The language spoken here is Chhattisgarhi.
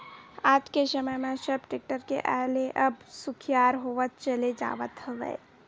आज के समे म सब टेक्टर के आय ले अब सुखियार होवत चले जावत हवय